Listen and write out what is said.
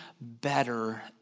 better